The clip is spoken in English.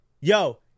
Yo